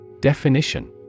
Definition